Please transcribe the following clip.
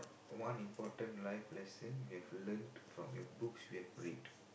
one important life lesson from the books you have read